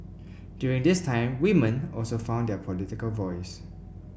during this time women also found their political voice